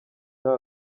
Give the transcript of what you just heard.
nta